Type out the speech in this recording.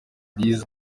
riza